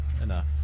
enough